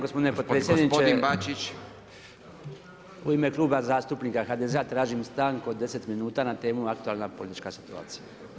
Gospodine potpredsjedniče, u ime Kluba zastupnika HDZ-a tražim stanku od 10 minuta na temu aktualna politička situacija.